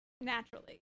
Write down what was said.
naturally